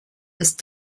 ist